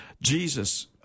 Jesus